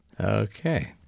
Okay